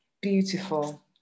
beautiful